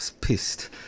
pissed